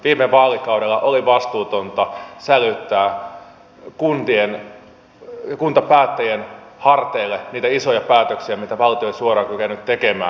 viime vaalikaudella oli vastuutonta sälyttää kuntapäättäjien harteille niitä isoja päätöksiä mitä valtio ei suoraan kyennyt tekemään